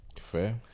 fair